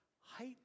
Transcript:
height